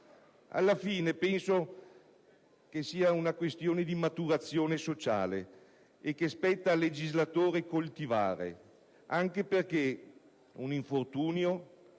Alla fine penso che sia una questione di maturazione sociale che spetta al legislatore coltivare, anche perché un infortunio,